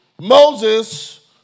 Moses